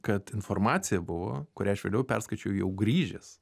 kad informacija buvo kurią aš vėliau perskaičiau jau grįžęs